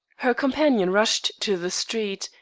her companion rushed to the street,